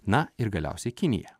na ir galiausiai kinija